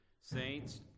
saints